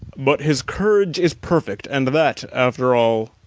but his courage is perfect! and that, after all,